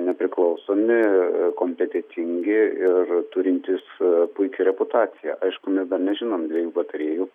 nepriklausomi kompetentingi ir turintys puikią reputaciją aišku mes dar nežinom dviejų patarėjų